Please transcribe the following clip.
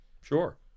Sure